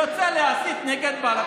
יוצא להסית נגד בל"ד.